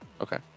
Okay